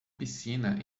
piscina